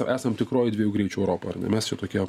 esam tikrojoj dviejų greičių europoj ar ne mes čia tokie